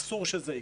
אסור שזה יקרה.